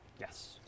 Yes